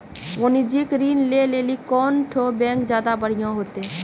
वाणिज्यिक ऋण लै लेली कोन ठो बैंक ज्यादा बढ़िया होतै?